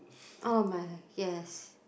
oh my yes